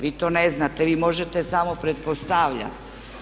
Vi to ne znate, vi možete samo pretpostavljati.